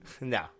no